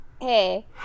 hey